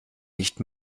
nicht